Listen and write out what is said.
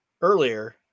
Earlier